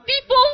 People